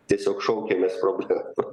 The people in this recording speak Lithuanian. tiesiog šaukiamės problemų